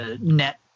net